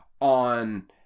on